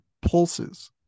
Pulses